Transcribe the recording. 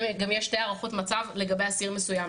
גם יש שתי הערכות מצב לגבי אסיר מסוים.